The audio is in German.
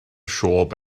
schob